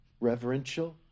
Reverential